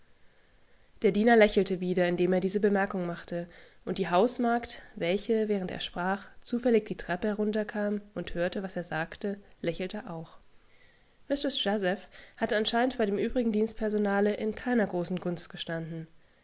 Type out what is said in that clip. der diener lächelte wieder indem er diese bemerkung machte und die hausmagd welche während er sprach zufällig die treppe herunterkam und hörte was er sagte lächelteauch mistreßjazephhatteaugenscheinlichbeidemübrigendienstpersonalein keiner großen gunst gestanden